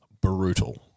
brutal